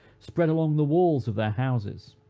spread along the walls of their houses.